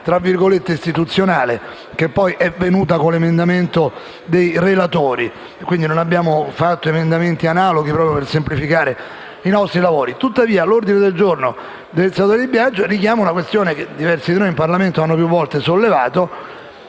una soluzione istituzionale, che poi è venuta con l'emendamento dei relatori. Quindi non abbiamo presentato emendamenti analoghi, proprio per semplificare i nostri lavori. Tuttavia l'ordine del giorno del senatore Di Biagio richiama una questione che diversi di noi in Parlamento hanno più volte sollevato,